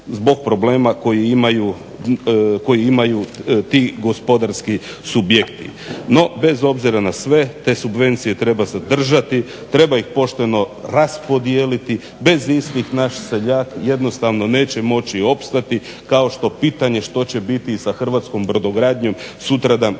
zbog problema koji imaju ti gospodarski subjekti. No bez obzira na sve te subvencije treba zadržati, treba iz pošteno raspodijeliti bez istih naš seljak jednostavno neće moći opstati kao što pitanje što će biti sa hrvatskom brodogradnjom sutradan kada ih